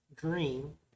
Green